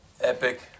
epic